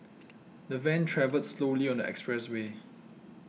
the van travelled slowly on the expressway